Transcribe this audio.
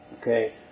Okay